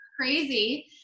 crazy